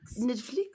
Netflix